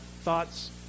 thoughts